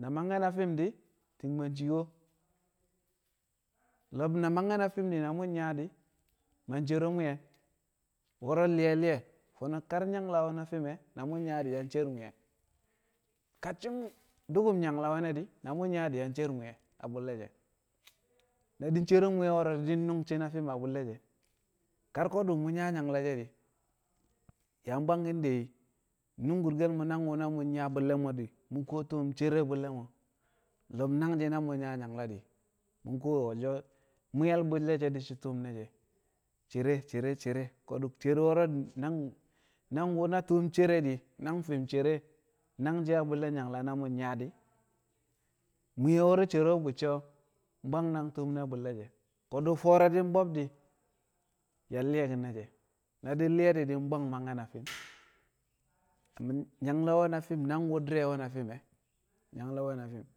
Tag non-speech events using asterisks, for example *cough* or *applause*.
na mangke̱ na fi̱m di̱ ti̱ng ciiwo lo̱b na mangke̱ na fi̱m di̱ na mu̱ nyaa di̱ mang cero mwu̱ye̱ wo̱ro̱ nli̱ye̱ li̱ye̱ fo̱no̱ kar nyangla na fi̱m e̱ na mu̱ nyaa di̱ yang cer mwu̱ye̱ ka shi̱ du̱ku̱m nyangla we̱ne̱ di̱ na mu̱ nyaa di̱ yang cer mwu̱ye̱ a bu̱lle̱ she̱. Na di̱ cer mwu̱ye̱ wo̱ro̱ di̱ di̱ nyi̱m shi̱ na fi̱m a bu̱lle̱ she̱ kar ko̱du̱ mu̱ nyaa nyangla yang bwang de̱ nu̱ngku̱rke̱l nan wu̱ na mu̱ nyaa bu̱lle̱ di̱ mu kuwo tu̱m cere a bu̱lle̱ mo̱ lo̱b nangshi̱n na mu̱ nyaa nyangla di̱ mu̱ kuwo wolsho mwu̱ye̱l bu̱lle̱ she̱ di̱shi̱ tu̱m ne̱ she̱ cere cere cere ko̱du̱ cere wu̱ wo̱ro̱ nangwu̱ nangwu̱ na tu̱m cere di nang fi̱m cere nangshi̱ a bu̱lle̱ nyangla na mu̱ nyaa di̱, mwu̱ye̱ wo̱ro̱ cere a bu̱cce̱ bwang nang tu̱m ne̱ bu̱lle̱ she̱ ko̱du̱ fo̱o̱re̱ bob di̱ yang li̱ye̱ki̱n ne she na di̱ nli̱ye̱ di̱ bwang mangke̱ na fi̱m *unintelligible* nyangla we̱ na fi̱m nangwu̱ di̱re̱ nwe̱ na fi̱m e̱.